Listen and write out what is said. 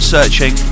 Searching